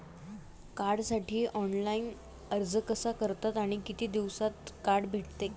कार्डसाठी ऑनलाइन अर्ज कसा करतात आणि किती दिवसांत कार्ड भेटते?